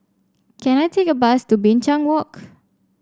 can I take a bus to Binchang Walk